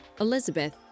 Elizabeth